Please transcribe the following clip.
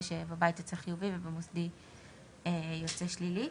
שבבית יוצא חיובי ובמוסדי יוצא שלילי.